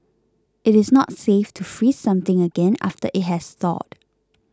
it is not safe to freeze something again after it has thawed